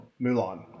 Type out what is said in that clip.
Mulan